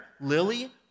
lily